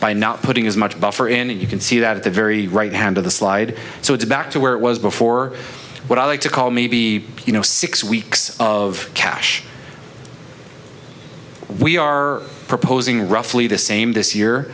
by not putting as much buffer in and you can see that at the very right hand of the slide so it's back to where it was before what i like to call maybe you know six weeks of cash we are proposing roughly the same this year